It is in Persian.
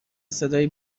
صدای